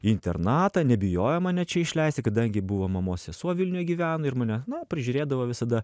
į internatą nebijojo mane čia išleisti kadangi buvo mamos sesuo vilniuje gyveno ir mane prižiūrėdavo visada